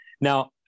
now